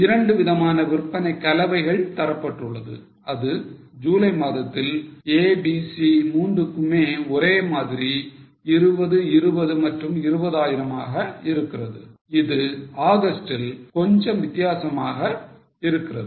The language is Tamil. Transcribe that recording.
இரண்டு விதமான விற்பனை கலவைகள் தரப்பட்டுள்ளது அது ஜூலை மாதத்தில் ABC மூன்றுக்குமே ஒரே மாதிரி 20 20 மற்றும் 20000 மாக இருக்கிறது இது ஆகஸ்டில் கொஞ்சம் வித்தியாசமாக இருக்கிறது